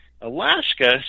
alaska